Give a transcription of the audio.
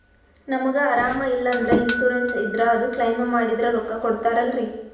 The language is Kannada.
ನಮಗ ಅರಾಮ ಇಲ್ಲಂದ್ರ ಇನ್ಸೂರೆನ್ಸ್ ಇದ್ರ ಅದು ಕ್ಲೈಮ ಮಾಡಿದ್ರ ರೊಕ್ಕ ಕೊಡ್ತಾರಲ್ರಿ?